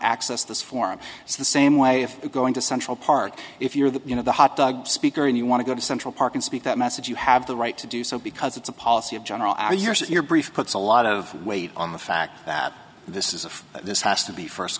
access this forum it's the same way if you go into central park if you're the you know the hot dog speaker and you want to go to central park and speak that message you have the right to do so because it's a policy of general are yours and your brief puts a lot of weight on the fact that this is a this has to be first